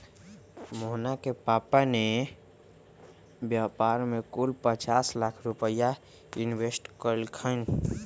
मोहना के पापा ने ई व्यापार में कुल पचास लाख रुपईया इन्वेस्ट कइल खिन